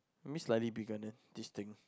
maybe slightly bigger than this thing